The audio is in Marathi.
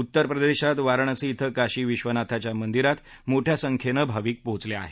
उत्तर प्रदेशात वाराणसी इथं काशी विश्वनाथाच्या मंदिरात मोठ्या संख्येनं भाविक पोचले आहेत